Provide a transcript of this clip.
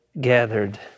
gathered